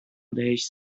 بهش